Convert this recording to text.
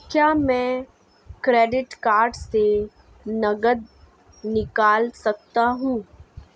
क्या मैं credit card से नकद निकाल सकता हूँ?